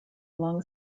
long